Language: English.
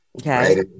Okay